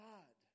God